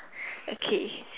okay